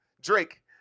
Drake